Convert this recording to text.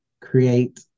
create